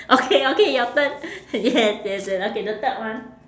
okay okay your turn yes yes yes okay the third one